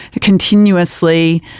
continuously